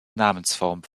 namensform